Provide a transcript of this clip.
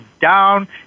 down